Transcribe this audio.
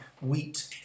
wheat